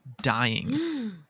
dying